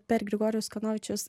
per grigorijus kanovičius